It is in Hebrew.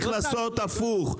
צריך לעשות הפוך.